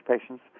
patients